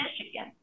Michigan